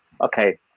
okay